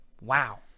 Wow